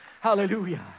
Hallelujah